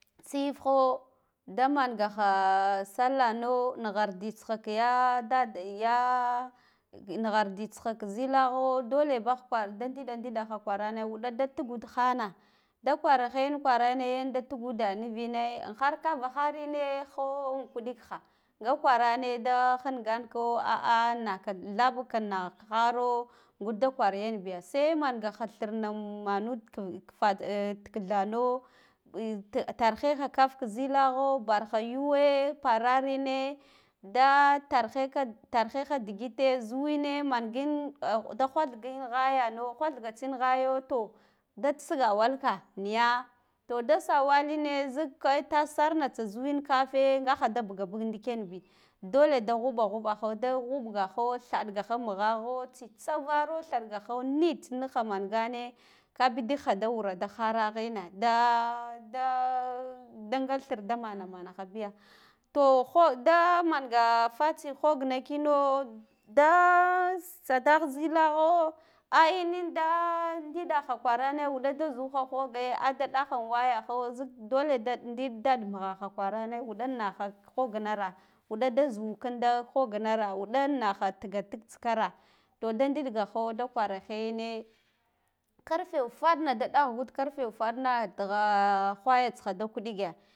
Tsiifgho da manga ha sallahno nigharo, tsiha kiya dadd ya nighardi tsiha ka zila gho doel bah kwal da ndiɗa ndiɗa kwar ne wuda da tigud hana ɗa kwaa hen kwarane yan da tuguda nuvine an harkava harine hoo in kuɗig ha nga kwarane da hinganko aa nakan thab kan nah haro ngud da kwar yan biya yai mangaha thirnam manud ku kffa ehh tikithano tarhe ha kaf ki zilagho barha yuwe pararine da tarheha digite zuwine mangin ah da whath gin ghayano whalthga tsin ghaya to da sigawalka niya to da sawaline zik ka i tas sarna tsa zuwing kafe ngaha ba bug a bug ndikenbi dole da huɓa huɓaho da hubgaho thaɗgaha mugha gho tsitsa varo thaɗgaho neat nha mangane ka bidik ha da wura da hara ghena da, daa danga thurda manamanaha biya to ho da manga futsi hogna kina da sadah zilagho a inin da ndidaha kwarane wuda da zuha hoge a da ɗaha an wayaho zik dole da ndil dadd mughaha kwarane wuda da naha k hognara wuɗa da zukidda hognara wuɗa naha tiga tig tsik ara to nda ndilgaho da kwara heyene karfe wafaɗ na da ɗahgud karfe wufaɗna ndigha whaya tsiha da kuɗigea